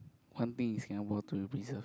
one thing in Singapore to be preserved